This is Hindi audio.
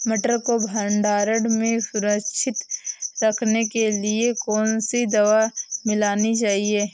मटर को भंडारण में सुरक्षित रखने के लिए कौन सी दवा मिलाई जाती है?